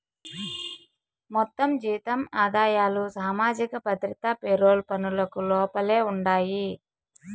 మొత్తం జీతం ఆదాయాలు సామాజిక భద్రత పెరోల్ పనులకు లోపలే ఉండాయి